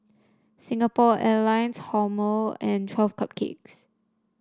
Singapore Airlines Hormel and Twelve Cupcakes